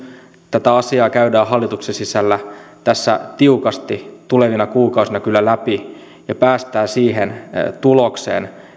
tätä asiaa käydään hallituksen sisällä tiukasti tulevina kuukausina kyllä läpi ja päästään siihen tulokseen